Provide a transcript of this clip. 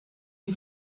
die